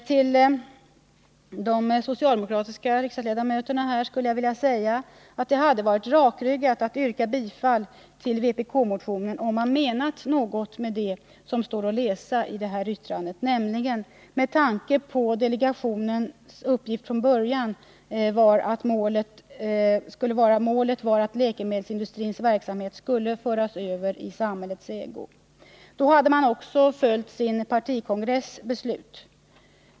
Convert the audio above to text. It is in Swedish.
Till de socialdemokratiska riksdagsledamöterna vill jag säga att det hade varit rakryggat att yrka bifall till vpk-motionen, om man menat något med det som står att läsa i det särskilda yttrandet med tanke på delegationens uppgift från början: ”Målet var att läkemedelsindustrins verksamhet skulle föras över i samhällets ägo.” Då hade man också följt sin partikongress beslut.